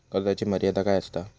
कर्जाची मर्यादा काय असता?